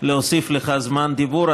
להוסיף לך זמן דיבור.